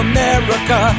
America